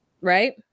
right